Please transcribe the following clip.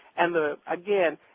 and the again,